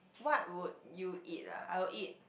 what would you eat lah I'll eat